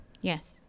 Yes